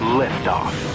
liftoff